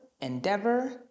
Endeavor